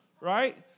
right